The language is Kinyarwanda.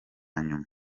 nyuma